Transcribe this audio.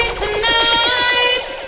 tonight